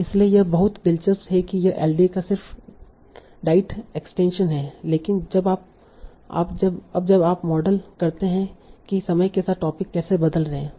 इसलिए यह बहुत दिलचस्प है कि यह एलडीए का सिर्फ डाइट एक्सटेंशन है लेकिन अब जब आप मॉडल करते हैं कि समय के साथ टोपिक कैसे बदल रहे हैं